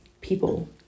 people